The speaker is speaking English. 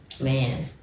Man